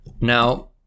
Now